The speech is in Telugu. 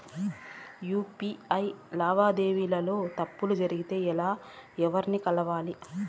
యు.పి.ఐ లావాదేవీల లో తప్పులు జరిగితే ఎవర్ని కలవాలి?